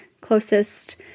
closest